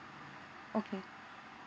okay